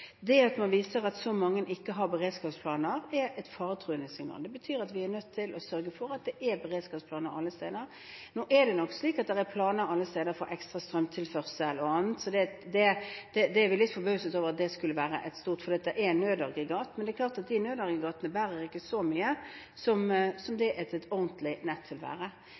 Det at man viser at så mange ikke har beredskapsplaner, er et faretruende signal. Det betyr at vi er nødt til å sørge for at det er beredskapsplaner alle steder. Nå er det nok slik at det er planer alle steder for ekstra strømtilførsel og annet, så vi er litt forbauset over at det skulle være noen stor sak, for det er nødaggregat, men det er klart at de nødaggregatene ikke bærer så mye som det et ordentlig